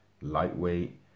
Lightweight